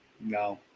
No